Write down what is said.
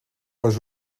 les